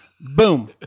Boom